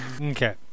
Okay